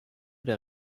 der